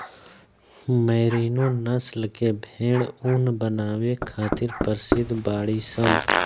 merino नस्ल के भेड़ ऊन बनावे खातिर प्रसिद्ध बाड़ीसन